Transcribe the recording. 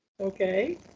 Okay